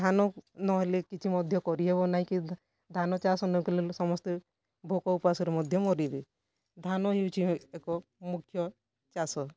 ଧାନ ନହେଲେ କିଛ ମଧ୍ୟ କରିହେବ ନାହିଁ କି ଧାନ ଚାଷ ନକଲେ ସମସ୍ତେ ଭୋକ ଉପାସରେ ମଧ୍ୟ ମରିବେ ଧାନ ହେଉଛି ଏକ ମୁଖ୍ୟ ଚାଷ